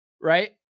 right